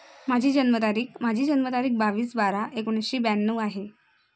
माझी जन्मतारीख माझी जन्मतारीख बावीस बारा एकोणीसशे ब्याण्णव आहे